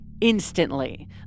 Instantly